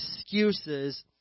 excuses